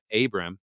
Abram